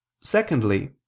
Secondly